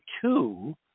two